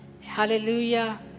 Hallelujah